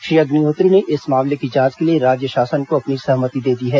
श्री अग्निहोत्री ने इस मामले की जांच के लिए राज्य शासन को अपनी सहमति दे दी है